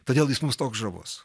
todėl jis mus toks žavus